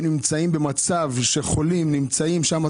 הם נמצאים במצב שחולים שבקריית שמונה